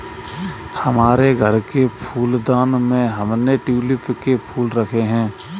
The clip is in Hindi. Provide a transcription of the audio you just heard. हमारे घर के फूलदान में हमने ट्यूलिप के फूल रखे हैं